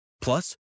Plus